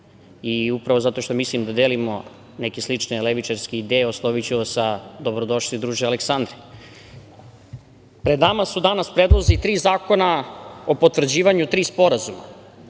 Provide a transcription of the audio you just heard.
i upravo zato što mislim da delimo neke slične levičarske ideje, osloviću vas sa - dobro došli, druže Aleksandre. Pred nama su danas predlozi tri zakona, o potvrđivanju tri sporazuma,